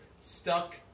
stuck